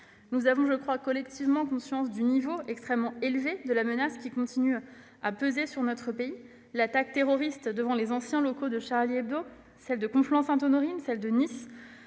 Nous avons collectivement conscience du niveau extrêmement élevé de la menace qui continue à peser sur notre pays. L'attaque terroriste devant les anciens locaux de, celle de Conflans-Sainte-Honorine et celle de Nice